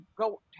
go